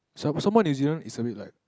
some some more New Zealand is a bit like